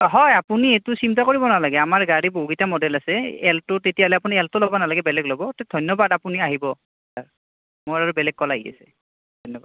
হয় আপুনি এইটো চিন্তা কৰিব নালাগে আমাৰ গাড়ীৰ বহুকেইটা মডেল আছে এল্ট' তেতিয়াহ'লে আপুনি এল্ট' ল'ব নালাগে বেলেগ ল'ব ত' ধন্যবাদ আপুনি আহিব মোৰ আৰু বেলেগ কল আহি আছে ধন্যবাদ